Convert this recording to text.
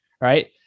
right